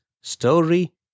story